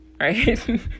right